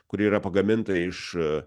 kuri yra pagaminta iš